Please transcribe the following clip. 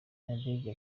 nadege